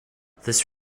this